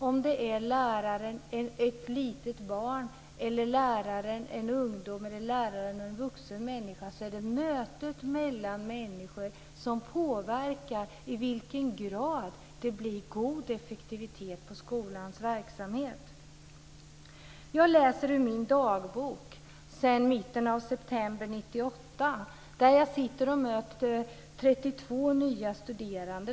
Det kan vara läraren och ett litet barn, läraren och en ungdom eller läraren och en vuxen människa. Det är mötet mellan människor som påverkar i vilken grad det blir god effektivitet i skolans verksamhet. Jag läser ur min dagbok från mitten av september 1998. Jag möter 32 nya studerande.